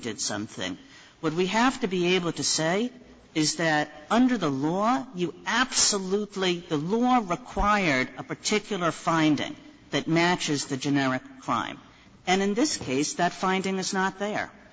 did something but we have to be able to say is that under the law are you absolutely the lure of required a particular finding that matches the generic crime and in this case that finding this not there